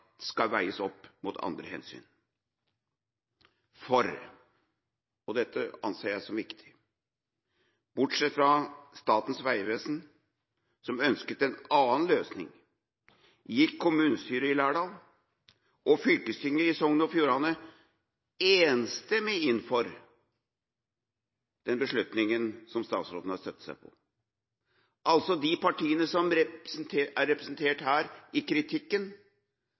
skal veies opp mot andre hensyn. For – og dette anser jeg som viktig – bortsett fra Statens vegvesen, som ønsket en annen løsning, gikk kommunestyret i Lærdal og fylkestinget i Sogn og Fjordane enstemmig inn for den beslutninga som statsråden har støttet seg på. De partiene som er representert her i kritikken,